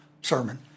sermon